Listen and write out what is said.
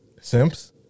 Simps